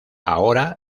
ahora